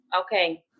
okay